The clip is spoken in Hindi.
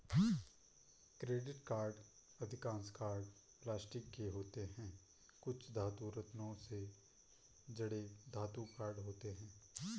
क्रेडिट कार्ड अधिकांश कार्ड प्लास्टिक के होते हैं, कुछ धातु, रत्नों से जड़े धातु कार्ड होते हैं